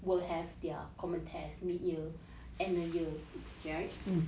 will have their common test mid year and the year right